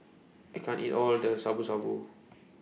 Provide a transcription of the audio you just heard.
I can't eat All of This Shabu Shabu